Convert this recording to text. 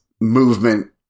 movement